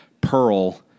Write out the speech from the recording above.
Pearl